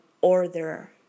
order